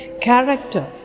character